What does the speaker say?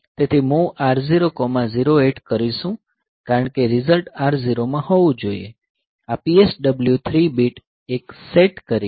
તેથી MOV R008 કરીશું કારણ કે રીઝલ્ટ R0 માં હોવું જોઈએ આ PSW 3 bit 1 સેટ કરીને